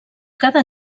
cada